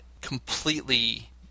completely